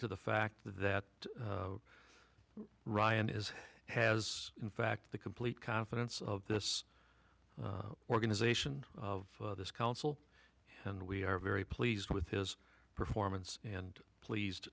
to the fact that ryan is has in fact the complete confidence of this organization of this council and we are very pleased with his performance and pleased